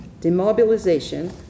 Demobilization